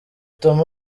tom